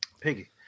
Piggy